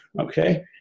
Okay